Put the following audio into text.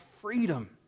freedom